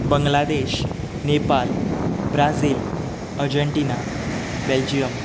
Bangladesh Nepal Brazil Argentina Belgium